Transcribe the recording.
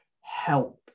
help